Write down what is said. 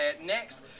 next